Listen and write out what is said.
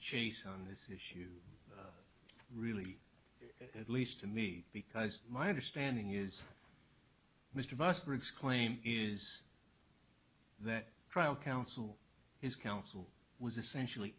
chase on this issue really at least to me because my understanding is mr vast rigs claim is that trial counsel his counsel was essentially